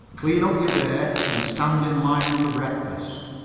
clean up your bay and stand in line for breakfast.